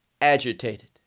agitated